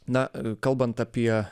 na kalbant apie